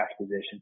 position